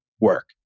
work